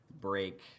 break